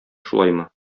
шулаймы